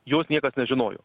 jos niekas nežinojo